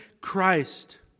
Christ